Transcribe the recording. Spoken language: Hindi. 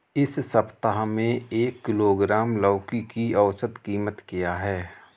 इस सप्ताह में एक किलोग्राम लौकी की औसत कीमत क्या है?